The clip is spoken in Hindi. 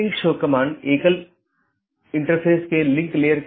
यह ओपन अपडेट अधिसूचना और जीवित इत्यादि हैं